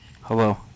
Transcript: hello